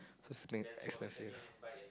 expensive